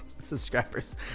subscribers